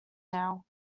now